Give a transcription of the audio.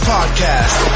Podcast